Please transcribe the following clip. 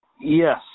Yes